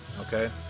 okay